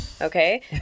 okay